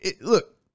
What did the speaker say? look